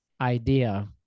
idea